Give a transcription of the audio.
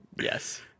Yes